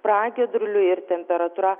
pragiedruliai ir temperatūra